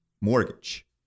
mortgage